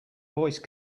voice